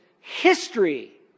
history